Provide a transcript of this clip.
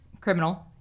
criminal